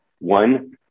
One